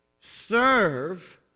Serve